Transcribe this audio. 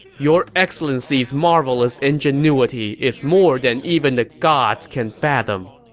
your excellency's marvelous ingenuity is more than even the gods can fathom!